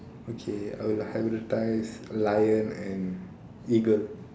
okay I would hybridise lion and eagle